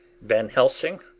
van helsing,